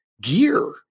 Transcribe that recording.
gear